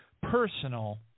personal